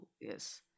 yes